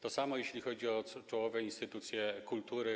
To samo, jeśli chodzi o czołowe instytucje kultury.